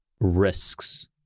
risks-